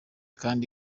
kandi